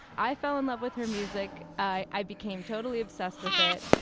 i fell in love with her music. i became totally obsessed with it.